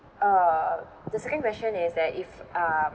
uh the second question is that if um